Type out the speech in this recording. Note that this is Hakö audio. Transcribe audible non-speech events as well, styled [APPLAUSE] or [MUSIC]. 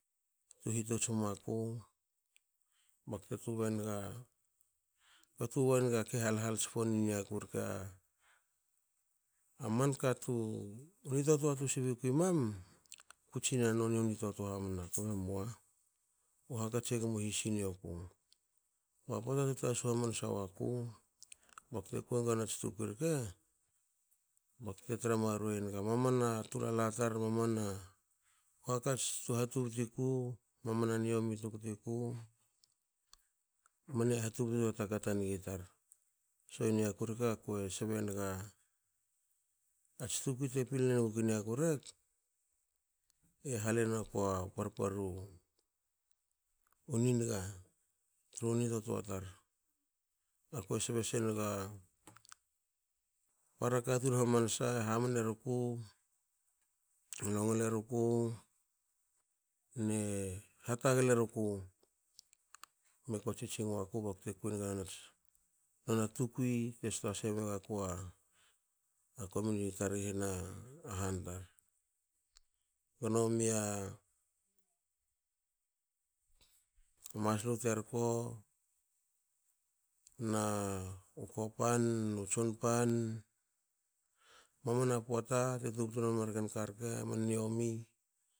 Tu hitots wmaku bakte tubei enga kue tubei nga ke hal hal tsponi niaku rke. A [HESITATION] amanka tu a ni totoa tu sbi kui mam kutsina noni u nitotoa hamna kbe mua u hakats e gmo hisi nioku kba pota tutasu hamansa waku bakte kuienga noniats tukui rke. bakte tra maruei enga mamana tulala tar mamanu hakats tu hat hatubtu ki mamana niomi tukti ku mne hatubtu taka tanigi tar so i niaku rke akue sben gats tukui te pilinen guku iniaku rek e hale nuku u parpar u niniga tru ni totoa tar nakue sbe senga para katun hamansa e hamne ruku. e longle ruku ne hatagle ruku me ko tsitsing waku bakte kuenga nona tukui te stasei megakua komuniti tar i hna han tar gnomi a maslu terko nu kopan nu tsonpa mamana poata te tubtu na man marken karke man niomi